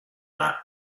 that